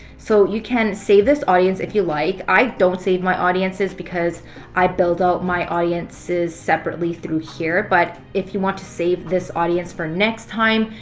so you can save this audience if you like. i don't save my audiences because i build out my audiences separately through here. but if you want to save this audience for next time,